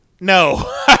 No